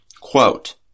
quote